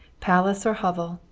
palace or hovel,